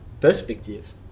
perspective